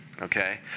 okay